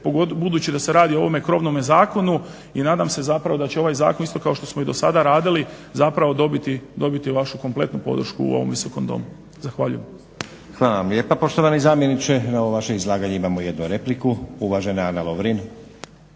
Budući da se radi o ovome krovnom zakonu i nadam se zapravo da će ovaj zakon isto kao što smo i do sada radili zapravo dobiti vašu kompletnu podršku u ovom Visokom domu. Zahvaljujem. **Stazić, Nenad (SDP)** Hvala vam lijepa poštovani zamjeniče. Na ovo vaše izlaganje imamo jednu repliku. Uvažena Ana Lovrin.